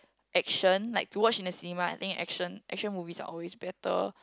action like to watch in the cinema I think action action movies are always better